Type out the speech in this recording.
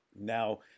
now